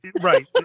right